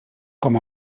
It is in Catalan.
com